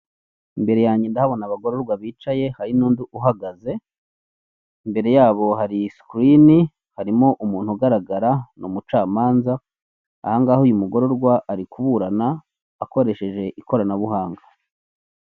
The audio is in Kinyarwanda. Imbere yanjye ndahabona abagororwa bicaye hari n'undi uhagaze imbere yabo hari sikirini harimo umuntu ugaragara ni umucamanza, aha ngaha uyu mugororwa ari kuburana akoresheje ikoranabuhanga.